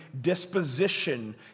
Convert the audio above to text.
disposition